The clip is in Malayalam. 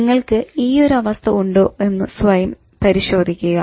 നിങ്ങൾക്ക് ഈയൊരു അവസ്ഥ ഉണ്ടോ എന്ന് സ്വയം പരിശോധിക്കുക